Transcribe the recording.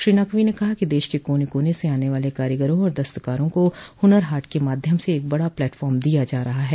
श्री नकवी ने कहा कि देश के कोने कोने से आने वाले कारीगरों और दस्तकारों को हुनर हाट के माध्यम से एक बड़ा प्लेटफार्म दिया जा रहा है